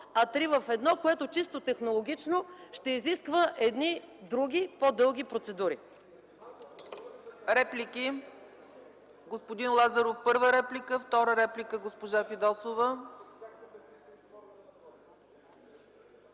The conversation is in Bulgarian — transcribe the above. а три в едно, което чисто технологично ще изисква други, по-дълги процедури.